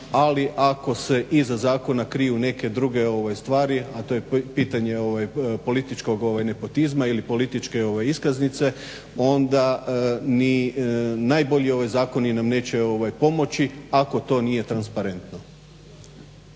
ali ako se iza zakona kriju neke druge stvari a to je pitanje ovaj političkog nepotizma ili političke iskaznice onda ni najbolji ovi zakoni nam neće pomoći ako to nije transparentno.